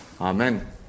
amen